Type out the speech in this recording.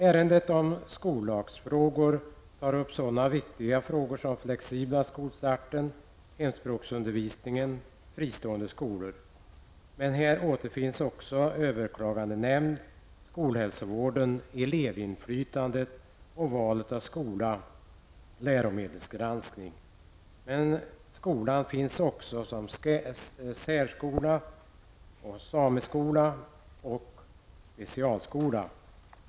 Ärendet om skollagsfrågor tar upp sådana viktiga frågor som den flexibla skolstarten, hemspråksundervisningen och fristående skolor. Här återfinns också överklagandenämnd, skolhälsovården, elevinflytandet och valet av skola samt läromedelsgranskning. Men skolan finns också som särskola, sameskola och specialskola.